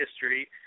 history